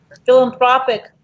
philanthropic